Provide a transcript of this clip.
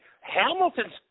Hamilton's